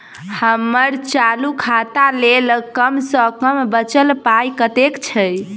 हम्मर चालू खाता लेल कम सँ कम बचल पाइ कतेक छै?